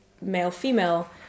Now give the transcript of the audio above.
male-female